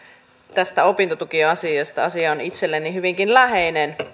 tästä opintotukiasiasta asia on itselleni hyvinkin läheinen